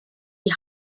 die